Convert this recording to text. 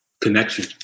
connection